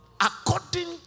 According